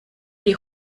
die